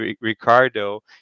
Ricardo